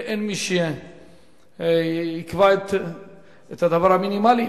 ואין מי שיקבע את הדבר המינימלי,